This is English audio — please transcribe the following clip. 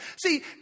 See